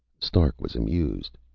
stark was amused.